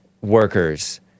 workers